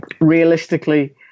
Realistically